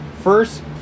first